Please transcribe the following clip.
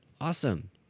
Awesome